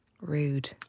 rude